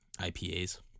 IPAs